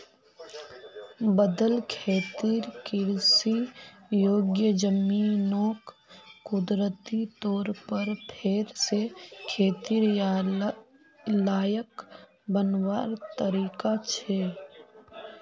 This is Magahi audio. बदल खेतिर कृषि योग्य ज़मीनोक कुदरती तौर पर फेर से खेतिर लायक बनवार तरीका छे